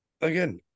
Again